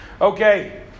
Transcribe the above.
Okay